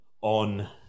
on